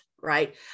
right